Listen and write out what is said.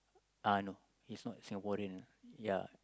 uh no he's not Singaporean lah ya